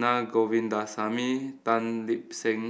Naa Govindasamy Tan Lip Seng